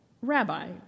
Rabbi